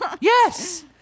Yes